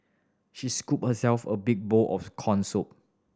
she scooped herself a big bowl of corn soup